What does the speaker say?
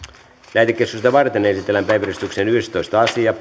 lähetekeskustelua varten esitellään päiväjärjestyksen yhdestoista asia